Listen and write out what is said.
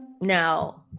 Now